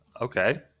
Okay